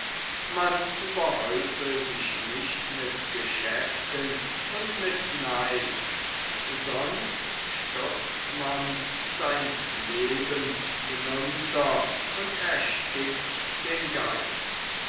man überhäufe sich nicht mit geschäften und mit neid sonst stürzt man sein leben hinunter und erstickt den geist